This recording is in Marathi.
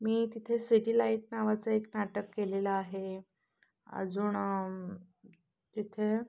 मी तिथे सिटी लाईट नावाचं एक नाटक केलेलं आहे अजून तिथे